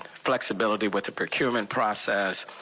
flexibility with the procurement process,